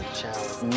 challenge